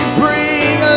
bring